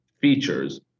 features